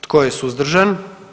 Tko je suzdržan?